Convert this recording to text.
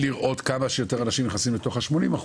לראות כמה שיותר אנשים נכנסים לתוך ה-80%,